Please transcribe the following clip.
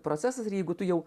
procesas ir jeigu tu jau